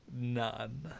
None